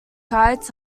kites